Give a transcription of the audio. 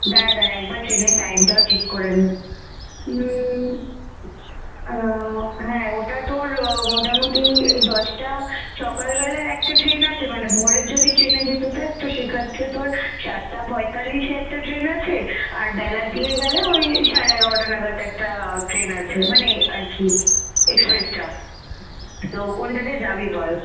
দ্বারা দ্বারা একবার ট্রেনের টাইমটাও চেক করে নিই হ্যাঁ ওটা তোর মোটামুটি এই দশটা সকালবেলার একটা ট্রেন আছে মানে ভোরের যদি ট্রেনে যেতে চাস তো সেখান থেকে তোর সাতটা পঁয়তাল্লিশে একটা ট্রেন আছে আর বেলার দিকে গেলে ওই সাড়ে এগারোটা নাগাদ একটা ট্রেন আছে মানে আর কি এক্সপ্রেসটা তো কোনটাতে যাবি বল